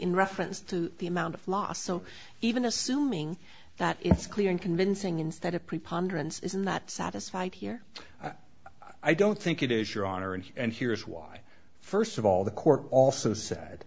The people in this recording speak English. in reference to the amount of law so even assuming that it's clear and convincing ins that a preponderance is not satisfied here i don't think it is your honor and and here is why first of all the court also sa